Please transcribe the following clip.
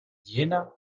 jena